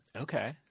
Okay